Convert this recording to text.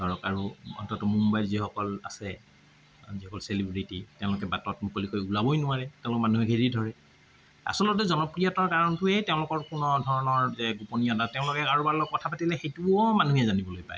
ধৰক আৰু অন্তত মুম্বাইত যিসকল আছে যিসকল চেলিব্ৰেটি তেওঁলোকে বাটত মুকলিকৈ ওলাবই নোৱাৰে তেওঁলোকক মানুহে ঘেৰি ধৰে আচলতে জনপ্ৰিয়তাৰ কাৰণটোৱেই তেওঁলোকৰ কোনো ধৰণৰ যে গোপনীয়তা তেওঁলোকে কাৰোবাৰ লগত কথা পাতিলে সেইটোও মানুহে জানিবলৈ পায়